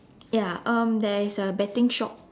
ya um there is a betting shop